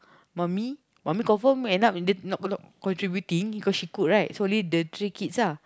mummy mummy confirm end up in the not contributing cause she cooking right so only the three kids lah